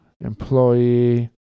employee